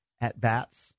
at-bats